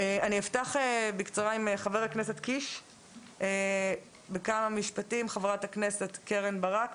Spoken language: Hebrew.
אני אפתח בקצרה עם חבר הכנסת קיש וחברת הכנסת קרן ברק,